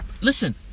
listen